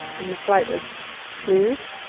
and the flight was smooth,